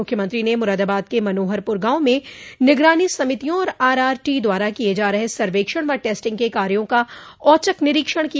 मुख्यमंत्री ने मुरादाबाद के मनोहरपुर गाव में निगरानी समितियों और आरआरटी द्वारा किये जा रहे सर्वेक्षण व टेस्टिंग के कार्यो का औचक निरीक्षण किया